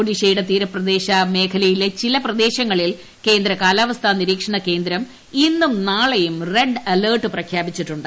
ഒഡീഷയുടെ തീരദേശ മേഖലയിലെ ചില പ്രദേശങ്ങളിൽ കേന്ദ്ര കാലാവസ്ഥാ നിരീക്ഷണ കേന്ദ്രം ഇന്നും നാളെയും റെഡ് അലർട്ട് പ്രഖ്യാപിച്ചിട്ടുണ്ട്